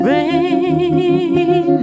Rain